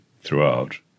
throughout